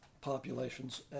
populations